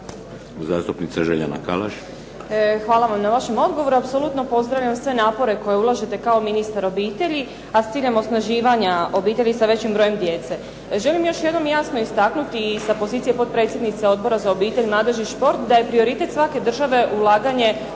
Hvala vam na vašem odgovoru. Apsolutno pozdravljam sve napore koje ulažete kao ministar obitelji, a s ciljem osnaživanja obitelji sa većim brojem djece. Želim još jednom jasno istaknuti i sa pozicije potpredsjednice Odbora za obitelj, mladež i šport da je prioritet svake države ulaganje